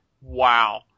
wow